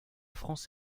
france